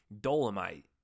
Dolomite